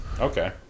Okay